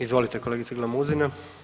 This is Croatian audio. Izvolite kolegice Glamuzina.